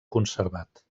conservat